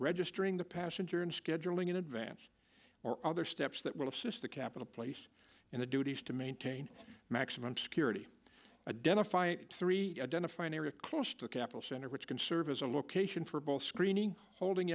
registering the passenger and scheduling in advance or other steps that will assist the capital place in the duties to maintain maximum security identify three identify an area close to capital center which can serve as a location for both screening holding